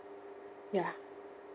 ya